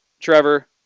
Trevor